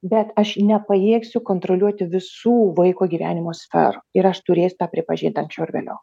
bet aš nepajėgsiu kontroliuoti visų vaiko gyvenimo sferų ir aš turėsiu tą pripažint anskčiau ar vėliau